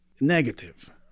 negative